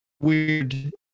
weird